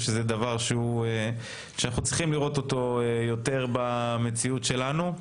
שזה דבר שאנחנו צריכים לראות אותו יותר במציאות שלנו.